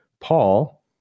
Paul